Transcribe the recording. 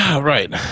Right